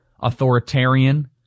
authoritarian